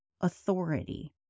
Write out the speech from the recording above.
authority